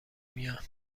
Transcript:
میان